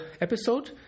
episode